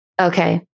Okay